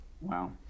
wow